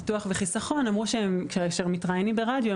ביטוח וחסכון אמרו שכאשר הם מתראיינים ברדיו,